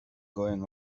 going